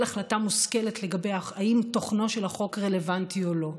החלטה מושכלת אם תוכנו של החוק רלוונטי או לא.